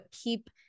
keep